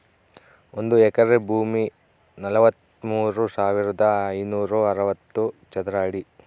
ಒಂದು ಎಕರೆ ಭೂಮಿ ನಲವತ್ಮೂರು ಸಾವಿರದ ಐನೂರ ಅರವತ್ತು ಚದರ ಅಡಿ